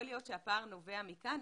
יכול להיות שהפער נובע מכאן,